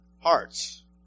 Hearts